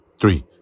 three